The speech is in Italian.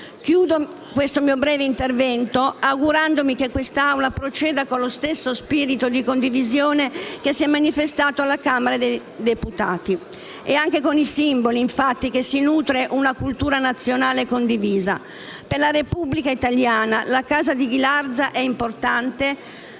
Concludo questo mio breve intervento augurandomi che quest'Assemblea proceda con lo stesso spirito di condivisione che si è manifestato alla Camera dei deputati. È anche con i simboli, infatti, che si nutre una cultura nazionale condivisa. Per la Repubblica italiana la casa di Ghilarza è importante,